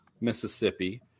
Mississippi